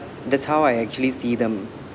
that's how I actually see them